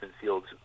Fields